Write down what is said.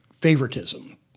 favoritism